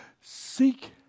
Seek